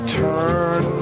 turn